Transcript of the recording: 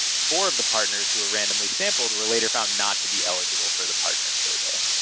four of the partners who were randomly sampled were later found not to be eligible for the partner survey.